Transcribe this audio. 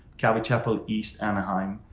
calvary chapel east anaheim.